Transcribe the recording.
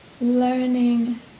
learning